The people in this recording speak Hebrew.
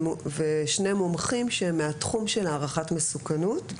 וחברים בה שני מומחים שהם מהתחום של הערכת מסוכנות,